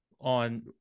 on